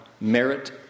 merit